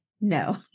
no